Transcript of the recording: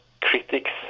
critics